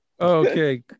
Okay